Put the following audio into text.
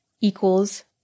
equals